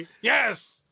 Yes